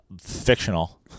Fictional